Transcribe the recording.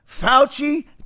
Fauci